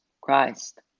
Christ